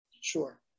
Sure